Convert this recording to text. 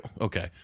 Okay